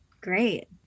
Great